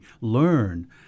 learn